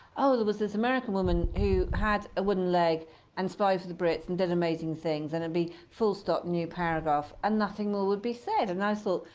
oh, there was this american woman who had a wooden leg and spied for the brits and did amazing things. and it'd be full stop, new paragraph, and nothing more would be said. and i so